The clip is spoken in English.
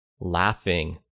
laughing